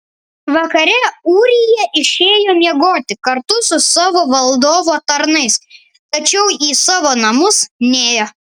vakare ūrija išėjo miegoti kartu su savo valdovo tarnais tačiau į savo namus nėjo